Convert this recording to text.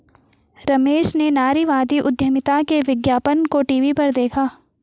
रमेश ने नारीवादी उधमिता के विज्ञापन को टीवी पर देखा